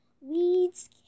weeds